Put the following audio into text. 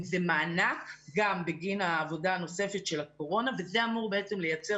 זה מענק גם בגין העבודה הנוספת של הקורונה וזה אמור לייצר